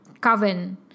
coven